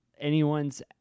anyone's